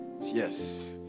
Yes